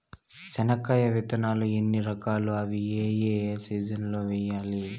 చెనక్కాయ విత్తనాలు ఎన్ని రకాలు? అవి ఏ ఏ సీజన్లలో వేయాలి?